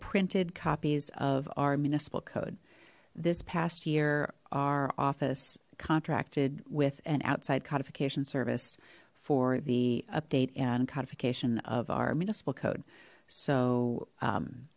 printed copies of our municipal code this past year our office contracted with an outside codification service for the update and codification of our municipal code so